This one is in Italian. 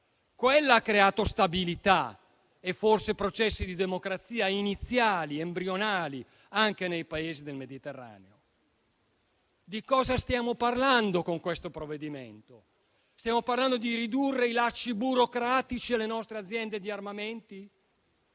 che ha creato stabilità e forse processi di democrazia iniziali ed embrionali anche nei Paesi del Mediterraneo. Di cosa stiamo parlando con questo provvedimento? Stiamo parlando di ridurre i lacci burocratici alle nostre aziende di armamenti?